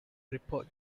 report